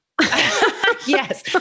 Yes